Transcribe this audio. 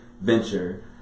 venture